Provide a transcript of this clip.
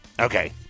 Okay